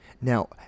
Now